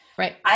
Right